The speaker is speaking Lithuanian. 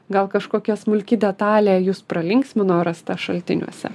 gal kažkokia smulki detalė jus pralinksmino rasta šaltiniuose